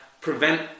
prevent